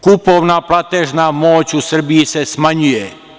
Kupovna, platežna moć u Srbiji se smanjuje.